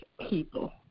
people